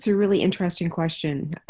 so really interesting question.